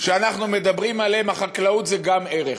שאנחנו מדברים עליהם, החקלאות היא גם ערך.